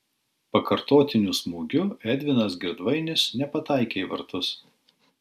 pakartotiniu smūgiu edvinas girdvainis nepataikė į vartus